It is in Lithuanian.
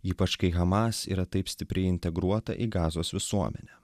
ypač kai hamas yra taip stipriai integruota į gazos visuomenę